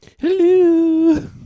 Hello